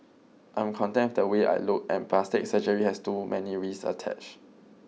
I am content with the way I look and plastic surgery has too many risks attached